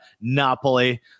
Napoli